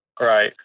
Right